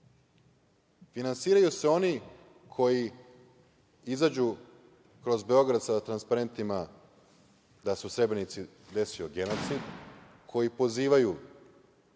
podrška? Finansiraju su oni koji izađu kroz Beograd sa transparentima da se u Srebrenici desio genocid, koji pozivaju